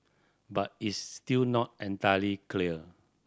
but it's still not entirely clear